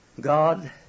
God